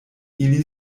ili